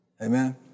Amen